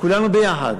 כולנו ביחד,